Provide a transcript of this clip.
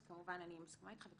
אז כמובן אני מסכימה איתך.